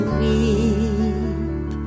weep